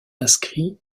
inscrit